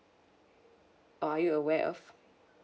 or are you aware of